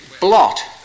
blot